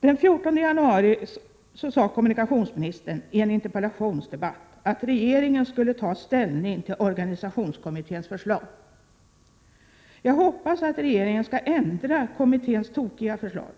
Den 14 januari sade kommunikationsministern i en interpellationsdebatt att regeringen skulle ta ställning till organisationskommitténs förslag. Jag hoppas att regeringen skall ändra kommitténs tokiga förslag.